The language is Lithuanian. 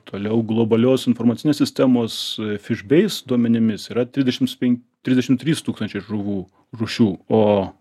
toliau globalios informacinės sistemos fišbeis duomenimis yra trisdešims pen trisdešim trys tūkstančiai žuvų rūšių o